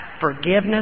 forgiveness